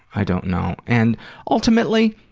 i don't know. and ultimately,